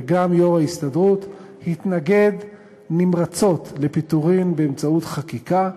וגם יו"ר ההסתדרות התנגדו נמרצות לפיטורין באמצעות חקיקה,